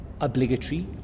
obligatory